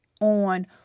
on